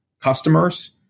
customers